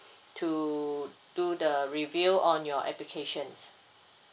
to do the review on your applications